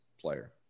player